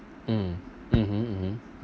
mm mmhmm mmhmm